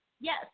Yes